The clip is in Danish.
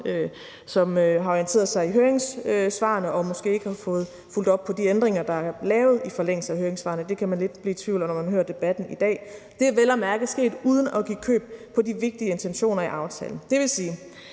som har orienteret sig i høringssvarene, og som måske ikke har fået fulgt op på de ændringer, der er blevet lavet i forlængelse af høringssvarene – det kan man lidt blive i tvivl om, når man hører debatten i dag. Og det er vel at mærke sket uden at give køb på de vigtige intentioner i aftalen.